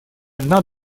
одна